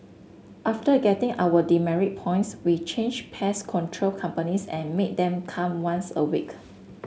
after getting our demerit points we changed pest control companies and made them come once a week